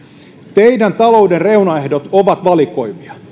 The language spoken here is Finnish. teidän talouden reunaehtonne ovat valikoivia